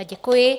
Děkuji.